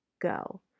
go